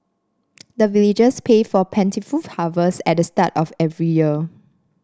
the villagers pay for plentiful harvest at the start of every year